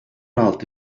altı